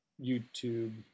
YouTube